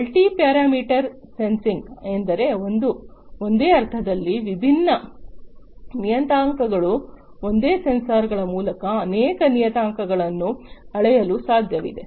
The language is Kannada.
ಮಲ್ಟಿ ಪ್ಯಾರಾಮೀಟರ್ ಸೆನ್ಸಿಂಗ್ ಎಂದರೆ ಒಂದೇ ಅರ್ಥದಲ್ಲಿ ವಿಭಿನ್ನ ನಿಯತಾಂಕಗಳು ಒಂದೇ ಸೆನ್ಸರ್ಗಳ ಮೂಲಕ ಅನೇಕ ನಿಯತಾಂಕಗಳನ್ನು ಅಳೆಯಲು ಸಾಧ್ಯವಿದೆ